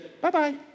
bye-bye